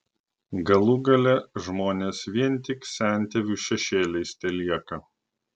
galų gale žmonės vien tik sentėvių šešėliais telieka